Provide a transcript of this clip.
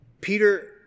Peter